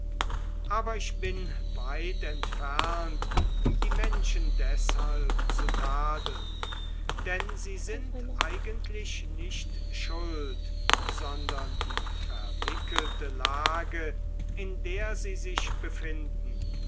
aber ich bin weit entfernt die menschen des halb zu tadeln denn sie sind eigentlich nicht schuld sondern die verwickelte lage in der sie sich befinden